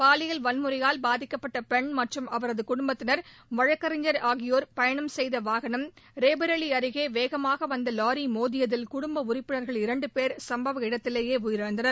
பாலியல் வன்முறையால் பாதிக்கப்பட்ட பெண் மற்றும் அவரது குடும்பத்தினர் வழக்கறிஞர் ஆகியோர் பயணம் செய்த வாகனம் ரேபரேலி அருகே வேகமாக வந்த வாரி மோதியதில் குடும்ப உறுப்பினா்கள் இரண்டு பேர் சம்பவ இடத்திலேயே உயிரிழந்தனர்